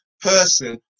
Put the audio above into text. person